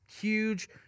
huge